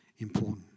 important